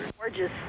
Gorgeous